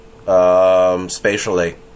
spatially